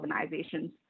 organizations